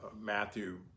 Matthew